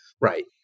Right